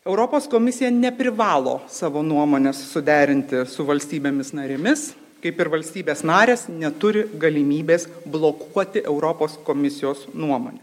europos komisija neprivalo savo nuomonės suderinti su valstybėmis narėmis kaip ir valstybės narės neturi galimybės blokuoti europos komisijos nuomonė